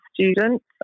students